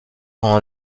quand